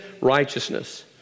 righteousness